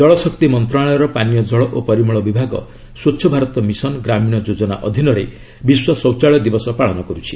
ଜଳଶକ୍ତି ମନ୍ତ୍ରଣାଳୟର ପାନୀୟ ଜଳ ଓ ପରିମଳ ବିଭାଗ ସ୍ପଚ୍ଛ ଭାରତ ମିଶନ ଗ୍ରାମୀଣ ଯୋଜନା ଅଧୀନରେ ବିଶ୍ୱ ଶୌଚାଳୟ ଦିବସ ପାଳନ କରୁଛି